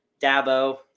Dabo